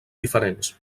diferents